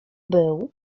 był